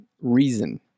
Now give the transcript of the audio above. reason